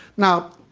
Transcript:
now,